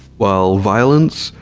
while violence,